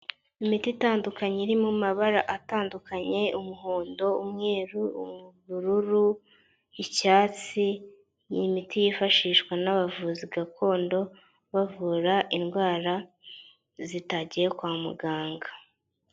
Imiti itandukanye iri mu mabara atandukanye : umuhondo, umweru, ubururu, icyatsi. Ni imiti yifashishwa n'abavuzi gakondo bavura indwara zitagiye kwa muganga.